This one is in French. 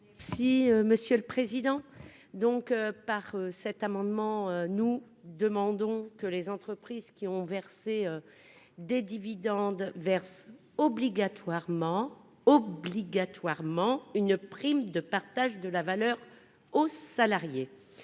Mme Cathy Apourceau-Poly. Par cet amendement, nous demandons que les entreprises qui ont distribué des dividendes versent obligatoirement une prime de partage de la valeur aux salariés.